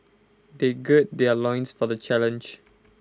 they gird their loins for the challenge